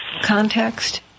context